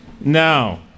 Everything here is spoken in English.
No